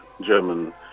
German